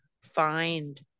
find